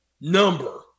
number